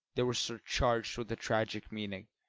they were surcharged with a tragic meaning,